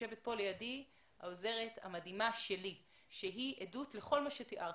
יושבת כאן לידי העוזרת המדהימה שלי שהיא עדות לכל מה שתיארת,